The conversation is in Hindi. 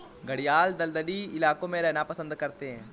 घड़ियाल दलदली इलाकों में रहना पसंद करते हैं